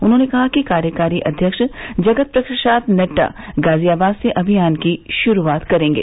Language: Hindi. उन्होंने कहा कि कार्यकारी अध्यक्ष जगत प्रकाश नंडडा गाजियाबाद से अभियान की शुरूआत करेंगे